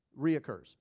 Reoccurs